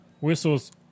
Whistles